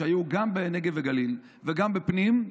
והיו גם בנגב ובגליל וגם בפנים,